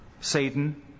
Satan